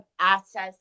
access